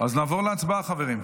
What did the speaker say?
נעבור להצבעה, חברים.